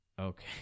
Okay